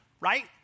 right